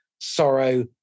sorrow